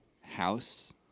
house